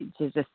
just